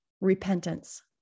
repentance